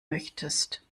möchtest